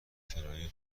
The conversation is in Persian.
کرایه